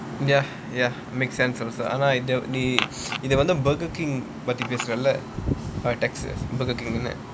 ya ya make sense also அதான் இது வந்து:athaan ithu vanthu Burger King பத்தி பேசுறல்ல:pathi pesuralla or texas Burger King